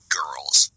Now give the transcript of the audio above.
girls